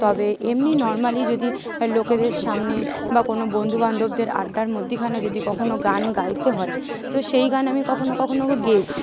তবে এমনি নর্মালি যদি লোকেদের সামনে বা কোনও বন্ধু বান্ধবদের আড্ডার মধ্যিখানে যদি কখনও গান গাইতে হয় তো সেই গান আমি কখনও কখনও হোক গেয়েছি